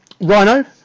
Rhino